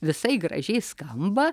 visai gražiai skamba